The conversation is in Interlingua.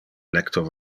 lecto